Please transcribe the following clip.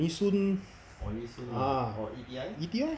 nee soon ah E_T_I ah